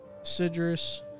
Sidrus